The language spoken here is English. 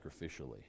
sacrificially